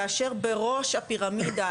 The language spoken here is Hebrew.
כאשר בראש הפירמידה,